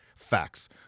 Facts